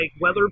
weather